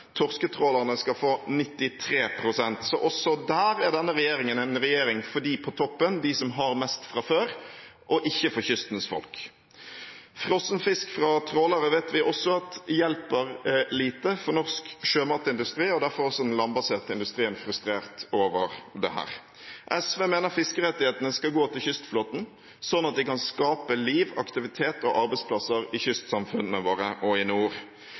Torsketrålerne skal få 93 pst. Så også der er denne regjeringen en regjering for dem på toppen, dem som har mest fra før, og ikke for kystens folk. Vi vet også at frossenfisk fra trålere hjelper lite for norsk sjømatindustri, og derfor er også den landbaserte industrien frustrert over dette. SV mener fiskerettighetene skal gå til kystflåten, sånn at de kan skape liv, aktivitet og arbeidsplasser i kystsamfunnene våre og i nord.